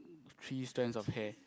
three strands of hair